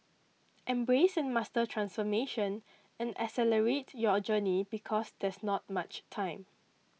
embrace and master transformation and accelerate your journey because there's not much time